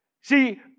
See